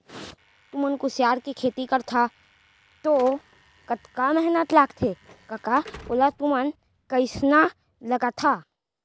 तुमन कुसियार के खेती करथा तौ कतका मेहनत लगथे कका ओला तुमन कइसना लगाथा